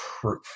proof